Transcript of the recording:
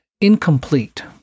incomplete